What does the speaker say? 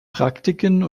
praktiken